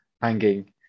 hanging